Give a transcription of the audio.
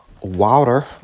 water